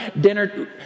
dinner